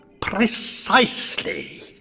precisely